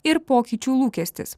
ir pokyčių lūkestis